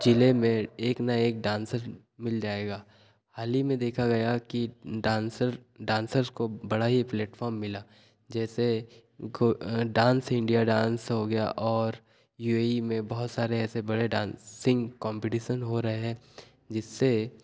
जिले में एक न एक डांसर मिल जाएगा हाल ही में देखा गया कि डांसर डांसर्स को बड़ा ही प्लेटफॉर्म मिला जैसे घो डांस इंडिया डांस हो गया और यू ए ई में बहुत सारे ऐसे बड़े डांसिंग कॉम्पीटिशन हो रहे हैं जिससे